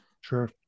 Sure